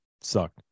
sucked